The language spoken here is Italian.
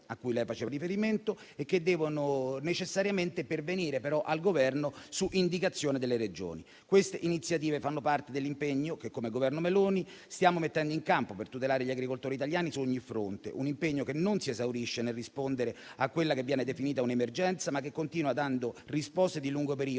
a cui lei faceva riferimento - e che devono necessariamente pervenire però al Governo su indicazione delle Regioni. Queste iniziative fanno parte dell'impegno che, come Governo Meloni, stiamo mettendo in campo per tutelare gli agricoltori italiani su ogni fronte; un impegno che non si esaurisce nel rispondere a quella che viene definita un'emergenza, ma che continua dando risposte di lungo periodo